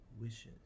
wishes